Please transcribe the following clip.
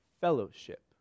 fellowship